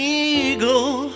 eagle